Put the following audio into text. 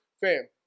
fam